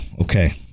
Okay